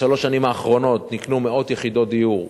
בשלוש השנים האחרונות נקנו מאות יחידות דיור,